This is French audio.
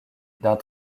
d’un